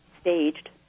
staged